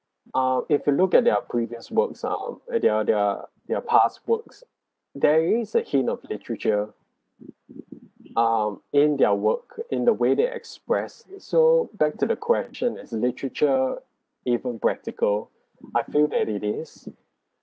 ah if you look at their previous works are out eh their their their past works there is a hint of literature um in their work in the way they express so back to the question is literature even practical I feel that it is